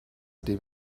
dem